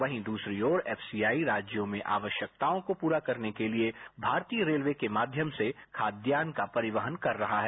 वहीं दूसरी ओर एफसीआई राज्यों में आवश्यकताओं को पुरा करने के लिए भारतीय रेलवे के माध्यम से खाद्यान्न का परिवहन कर रहा है